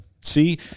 See